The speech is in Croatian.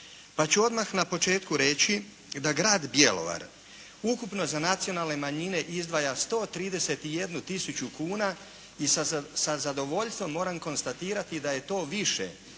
Pa ću odmah na početku reći da grad Bjelovar ukupno za nacionalne manjine izdvaja 131 tisuću kuna i sa zadovoljstvom moram konstatirati da je to više